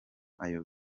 ayabo